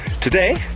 Today